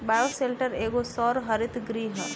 bioshelter एगो सौर हरित गृह ह